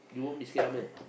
you won't be scared one meh